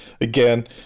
again